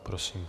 Prosím.